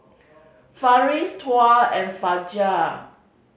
Farish Tuah and Fajar